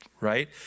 right